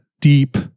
deep